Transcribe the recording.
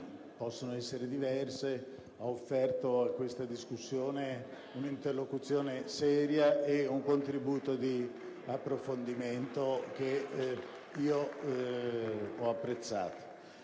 possono essere diverse, ha offerto a questa discussione un'interlocuzione seria e un contributo di approfondimento che io ho apprezzato.